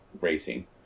racing